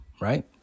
right